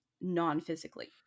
non-physically